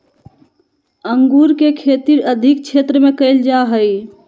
अंगूर के खेती अधिक क्षेत्र में कइल जा हइ